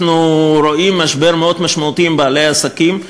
אנחנו רואים משבר מאוד משמעותי של בעלי העסקים,